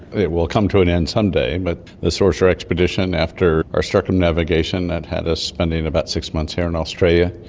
it will come to an end some day, but the sorcerer expedition, after our circumnavigation that had us spending about six months here in australia,